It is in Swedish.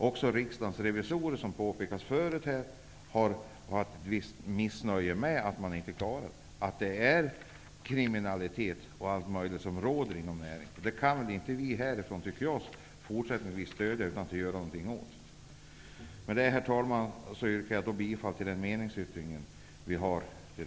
Också riksdagens revisorer har visat missnöje med att kriminalitet och annat råder inom taxinäringen. Det kan vi här fortsättningsvis inte stödja utan måste göra någonting åt. Herr talman! Härmed yrkar jag bifall till